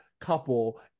couple